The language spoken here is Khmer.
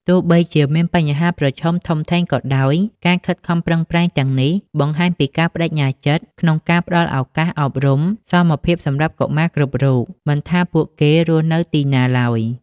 ទោះបីជាមានបញ្ហាប្រឈមធំធេងក៏ដោយ ការខិតខំប្រឹងប្រែងទាំងនេះបង្ហាញពីការប្តេជ្ញាចិត្តក្នុងការផ្តល់ឱកាសអប់រំសមភាពសម្រាប់កុមារគ្រប់រូប មិនថាពួកគេរស់នៅទីណាឡើយ។